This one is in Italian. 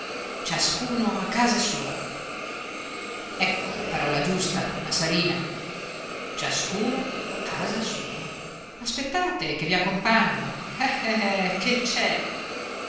ciascuno a casa sua ecco la parola giusta donna sarina ciascuno a casa sua aspettate che vi accompagno eh eh che c'è